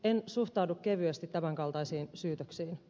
en suhtaudu kevyesti tämän kaltaisiin syytöksiin